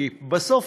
כי בסוף,